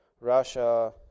Russia